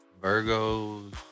Virgos